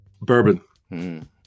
Bourbon